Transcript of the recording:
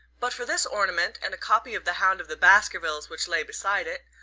but for this ornament, and a copy of the hound of the baskervilles which lay beside it,